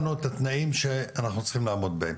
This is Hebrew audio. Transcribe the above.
את התנאים שאנחנו צריכים לעמוד בהם,